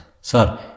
Sir